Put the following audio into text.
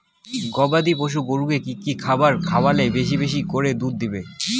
গবাদি পশু গরুকে কী কী খাদ্য খাওয়ালে বেশী বেশী করে দুধ দিবে?